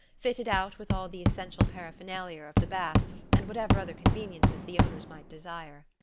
fitted out with all the essential paraphernalia of the bath and whatever other conveniences the owners might desire.